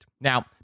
Now